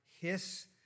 hiss